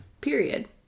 period